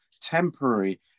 temporary